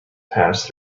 passed